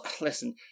listen